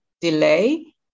delay